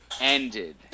ended